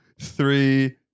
three